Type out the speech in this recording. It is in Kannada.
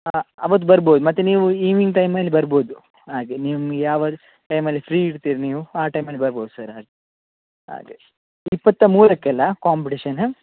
ಹಾಂ ಅವತ್ತು ಬರ್ಬೋದು ಮತ್ತು ನೀವು ಇವ್ನಿಂಗ್ ಟೈಮಲ್ಲಿ ಬರ್ಬೋದು ಹಾಗೆ ನಿಮ್ಗೆ ಯಾವ ಟೈಮಲ್ಲಿ ಫ್ರಿ ಇರ್ತೀರಿ ನೀವು ಆ ಟೈಮಲ್ಲಿ ಬರ್ಬೋದು ಸರ್ ಹಾಗೆ ಹಾಗೆ ಇಪ್ಪತ್ತ ಮೂರಕ್ಕಲ್ಲಾ ಕಾಂಪ್ಟೆಷನ್